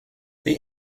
they